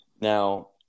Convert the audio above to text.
Now